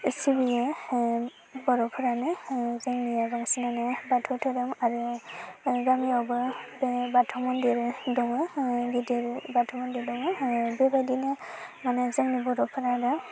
सिबियो बर'फोरानो जोंनिया बांसिनानो बाथौ धोरोम आरो गामियावबो बे बाथौ मन्दिर दङ गिदिर बाथौ मन्दिर दङ बेबायदिनो अनेग जोंनि बर'फोरानो